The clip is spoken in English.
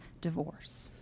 divorce